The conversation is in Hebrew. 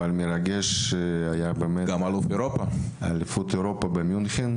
ואליפות אירופה במינכן.